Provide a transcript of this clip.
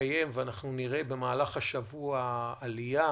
יתקיים ואנחנו נראה במהלך השבוע עלייה